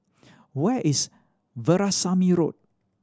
where is Veerasamy Road